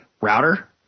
router